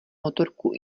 motorku